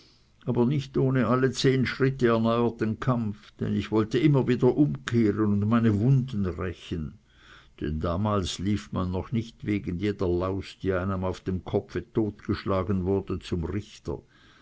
aber nicht ohne alle zehn schritte erneuerten kampf denn ich wollte immer wieder umkehren und meine wunden rächen denn damals lief man noch nicht wegen jeder laus die einem auf dem kopfe totgeschlagen wurde zum richter